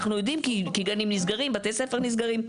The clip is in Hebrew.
אנחנו יודעים, כי גנים נסגרים, בתי ספר נסגרים.